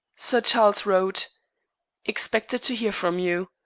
sir charles wrote expected to hear from you.